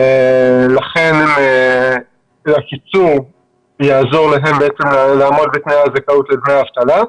ולכן הקיצור יעזור להם לעמוד בתנאי הזכאות לדמי אבטלה.